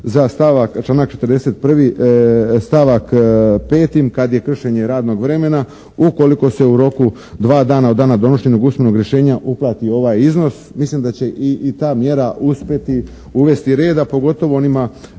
za članak 41. stavak 5. kad je kršenje radnog vremena ukoliko se u roku dva dana od dana donošenja usmenog rješenja uplati ovaj iznos mislim da će i ta mjera uspjeti uvesti reda pogotovo onima